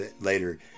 later